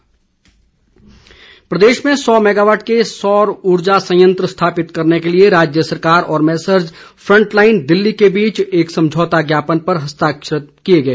MOU प्रदेश में सौ मेगावॉट के सौर उर्जा संयंत्र स्थापित करने के लिए राज्य सरकार और मैसर्ज फ़ंटलाईन दिल्ली के बीच एक संमझोता ज्ञापन पर हस्ताक्षर किए गए